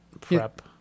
prep